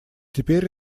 теперь